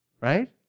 right